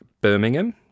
Birmingham